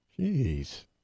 Jeez